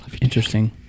Interesting